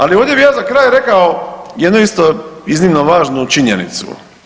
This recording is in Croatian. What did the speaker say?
Ali ovdje bih ja za kraj rekao jednu isto iznimno važnu činjenicu.